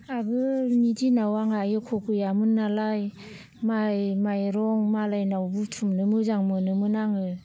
आगोलनि दिनाव आंहा एख' गैयामोननालाय माइ माइरं मालायनाव बुथुमनो मोजां मोनोमोन आङो